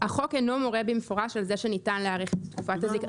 החוק אינו מורה במפורש על כך שניתן להאריך את תקופת הזיכיון,